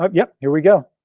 um yep, here we go,